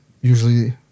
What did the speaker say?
usually